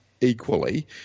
equally